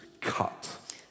cut